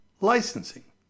licensing